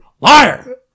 Liar